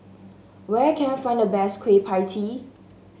where can I find the best Kueh Pie Tee